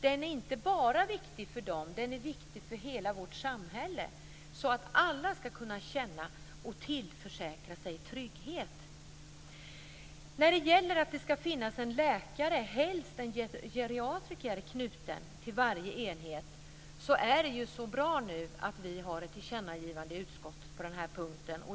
Den är inte bara viktig för de äldre, den är viktig för hela vårt samhälle. Alla skall kunna känna och tillförsäkras trygghet. Det finns ett tillkännagivande i utskottet om att det skall finnas en läkare, helst en geriatriker, knuten till varje enhet.